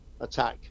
attack